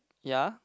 ya